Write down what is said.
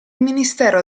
ministero